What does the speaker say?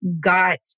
got